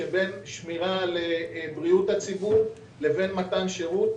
שבין שמירה על בריאות הציבור לבין מתן שירות.